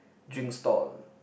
drinks stall